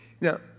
Now